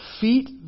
feet